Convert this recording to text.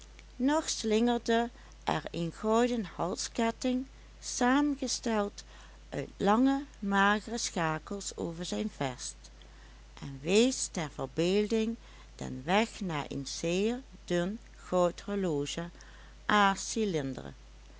nog slingerde er een gouden halsketting saamgesteld uit lange magere schakels over zijn vest en wees der verbeelding den weg naar een zeer dun goud horloge